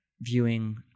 viewing